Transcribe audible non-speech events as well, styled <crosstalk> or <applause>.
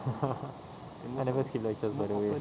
<laughs> I never skipped lectures by the way